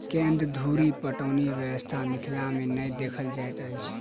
केन्द्र धुरि पटौनी व्यवस्था मिथिला मे नै देखल जाइत अछि